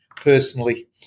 personally